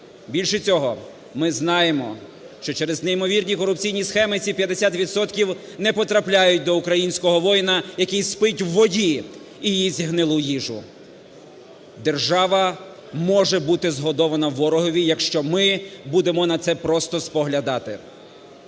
Більше цього, ми знаємо, що через неймовірні корупційні схеми ці 50 відсотків не потрапляють до українського воїна, який спить в воді і їсть гнилу їжу. Держава може бути згодована ворогові, якщо ми будемо на це просто споглядати.